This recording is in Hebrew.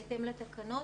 בהתאם לתקנות,